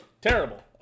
Terrible